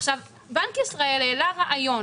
עכשיו, בנק ישראל העלה רעיון,